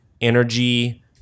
energy